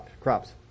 crops